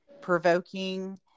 provoking